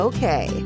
Okay